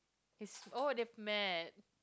his oh that mate